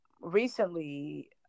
recently